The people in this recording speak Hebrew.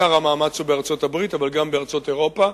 עיקר המאמץ הוא בארצות-הברית אבל גם בארצות אירופה,